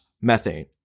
methane